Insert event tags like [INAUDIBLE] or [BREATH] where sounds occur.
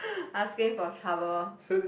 [BREATH] asking for trouble